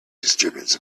disturbance